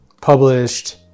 published